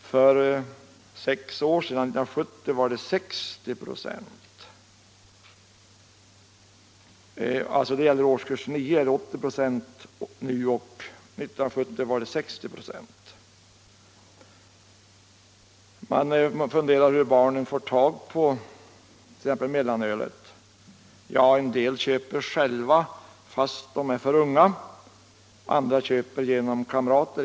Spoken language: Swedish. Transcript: I årskurs 9 dricker 80 ". av eleverna sprit mot 60 "> år 1970. Man kan fundera över hur barn får tag på t.ex. mellanöl. En del köper själva, fastän de är för unga. Andra köper genom kamrater.